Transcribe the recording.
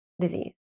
disease